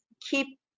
keep